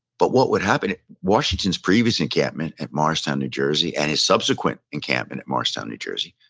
but what would happen at, washington's previous encampment at morristown, new jersey, and his subsequent encampment at morristown, new jersey,